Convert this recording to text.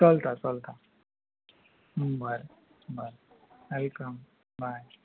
चलता चलता बरें बरें वॅलकम बाय